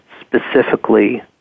specifically